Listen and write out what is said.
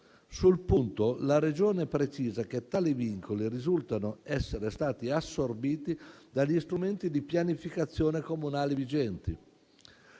Sul punto, la Regione precisa che tali vincoli risultano essere stati assorbiti dagli strumenti di pianificazione comunale vigenti.